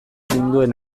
ninduen